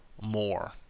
more